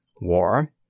WAR